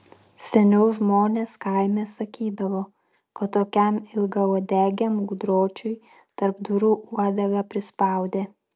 seniau žmonės kaime sakydavo kad tokiam ilgauodegiam gudročiui tarp durų uodegą prispaudė